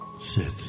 Sit